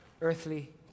earthly